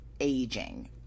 Aging